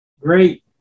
Great